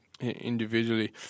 individually